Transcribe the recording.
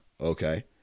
Okay